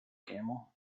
camel